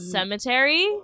Cemetery